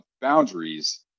boundaries